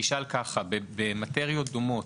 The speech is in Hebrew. במאטריות דומות,